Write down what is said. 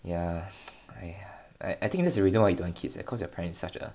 ya !haiya! I I think that's the reason why you don't want kids is cause your parents such a